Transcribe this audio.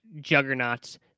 juggernauts